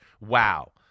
Wow